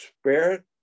spirit